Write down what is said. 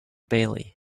bailey